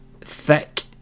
thick